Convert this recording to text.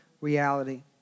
reality